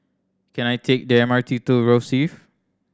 can I take the M R T to Rosyth